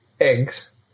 eggs